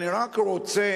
אני רק רוצה,